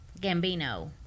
Gambino